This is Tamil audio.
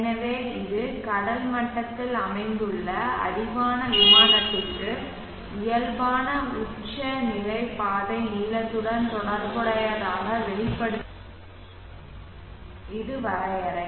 எனவே இது கடல் மட்டத்தில் அமைந்துள்ள அடிவான விமானத்திற்கு இயல்பான உச்சநிலை பாதை நீளத்துடன் தொடர்புடையதாக வெளிப்படுத்தப்படுகிறது இது வரையறை